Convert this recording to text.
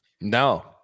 no